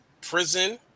prison